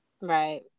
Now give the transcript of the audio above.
Right